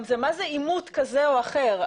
מה זה עימות כזה או אחר?